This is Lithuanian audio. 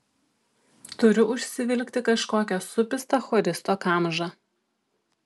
turiu užsivilkti kažkokią supistą choristo kamžą